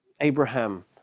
Abraham